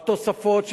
התוספות,